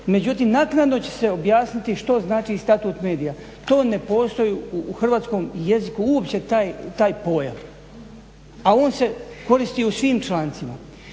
Međutim, naknadno će se objasniti što znači statut medija. To ne postoji u hrvatskom jeziku uopće taj pojam, a on se koristi u svim člancima.